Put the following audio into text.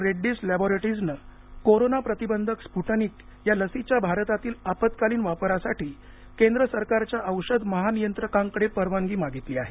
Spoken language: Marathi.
रेड्डीज लॅबोरटीजनं कोरोना प्रतिबंधक स्फुटनिक या लसीच्या भारतातील आपत्कालीन वापरासाठी केंद्र सरकारच्या औषध महानियंत्रकांकडे परवानगी मागितली आहे